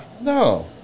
No